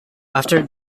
after